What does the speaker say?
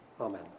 Amen